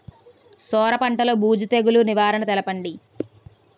సొర పంటలో బూజు తెగులు నివారణ తెలపండి?